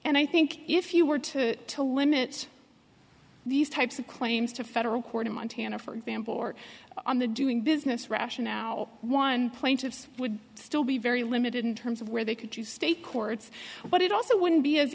and i think if you were to to limit these types of claims to federal court in montana for example or on the doing business rationale now one plaintiffs would still be very limited in terms of where they could use state courts but it also wouldn't be as